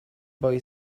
boy